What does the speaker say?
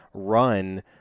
Run